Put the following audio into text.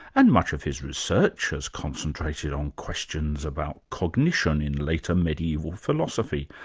and much of his research has concentrated on questions about cognition in later mediaeval philosophy,